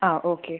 ആ ഓക്കേ